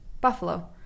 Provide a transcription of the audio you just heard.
Buffalo